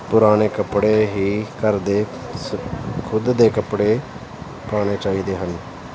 ਪੁਰਾਣੇ ਕੱਪੜੇ ਹੀ ਘਰ ਦੇ ਸ ਖੁਦ ਦੇ ਕੱਪੜੇ ਪਾਉਣੇ ਚਾਹੀਦੇ ਹਨ